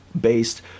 based